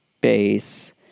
base